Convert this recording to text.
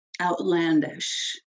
outlandish